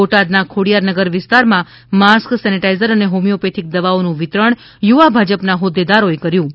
બોટાદ ના ખોડિયારનગર વિસ્તાર માં માસ્ક સેન્સિટિજર અને હોમેઓપથિક દવાઓ નું વિતરણ યુવા ભાજપ ના હોદ્દેદારો એ કર્યું હતું